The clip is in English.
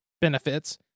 benefits